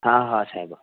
हा हा साहिबु